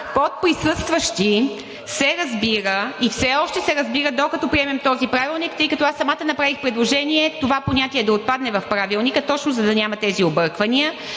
под „присъстващи“ се разбира – и все още се разбира, докато приемем този правилник, тъй като аз самата направих предложение това понятие да отпадне в Правилника, точно за да няма тези обърквания,